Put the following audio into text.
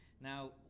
Now